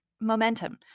momentum